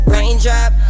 Raindrop